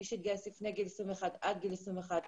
מי שהתגייס עד גיל 21,